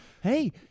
Hey